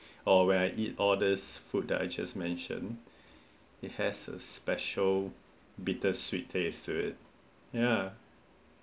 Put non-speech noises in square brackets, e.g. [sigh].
or when I eat orders food that I just mentioned [breath] it has a special bitter sweet taste to it ya